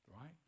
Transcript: Right